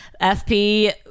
FP